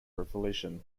revolution